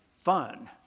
fun